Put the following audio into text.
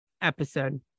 episode